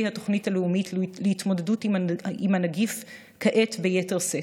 התוכנית הלאומית להתמודדות עם הנגיף כעת ביתר שאת,